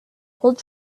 hold